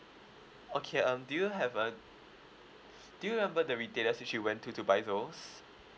okay um do you have uh do you remember the retailer which you went to to buy those